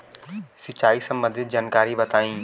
सिंचाई संबंधित जानकारी बताई?